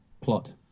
plot